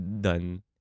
done